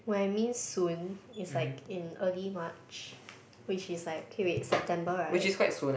when I mean soon is like in early March which is like okay wait September right